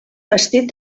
bastit